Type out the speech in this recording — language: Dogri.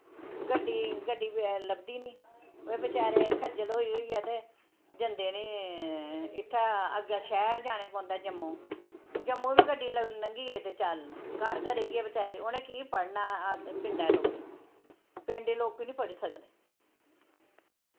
गड्डी गड्डी बगैर लभदी नी बेचारे खज्जल होई होइयै ते जंदे नी इत्थें अग्गें शैह्र जाने पौंदा जम्मू जम्मू बी गड्डी लंघी गेई ते चल घर गै रेही गे बेचारे उ'नें केह् पढ़ना अस पिंडै दे लोकें पिंड दे लोकी नी पढ़ी सकने